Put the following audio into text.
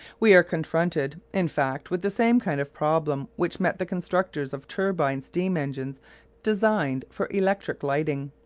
we are confronted, in fact, with the same kind of problem which met the constructors of turbine steam-engines designed for electric lighting.